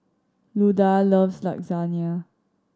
Luda loves Lasagne